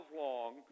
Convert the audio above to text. long